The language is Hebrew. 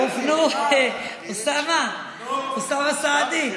אוסאמה סעדי,